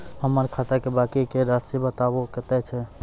हमर खाता के बाँकी के रासि बताबो कतेय छै?